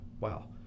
Wow